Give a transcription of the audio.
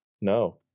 No